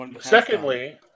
Secondly